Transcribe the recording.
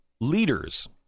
leaders